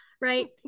Right